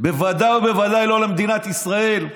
בוודאי ובוודאי לא למדינת ישראל.